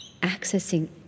accessing